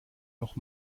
noch